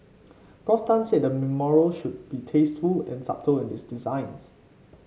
Prof Tan said the memorial should be tasteful and subtle in its design